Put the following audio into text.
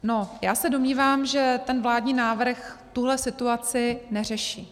No, já se domnívám, že ten vládní návrh tuhle situaci neřeší.